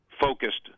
focused